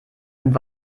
einem